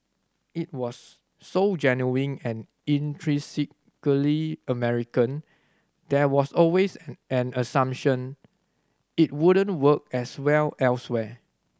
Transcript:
it was so genuinely and intrinsically American there was always an an assumption it wouldn't work as well elsewhere